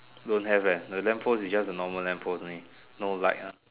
don't have eh the lamp post is just a normal lamp post only no light one